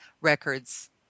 records